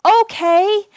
okay